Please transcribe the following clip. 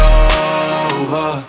over